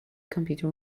computer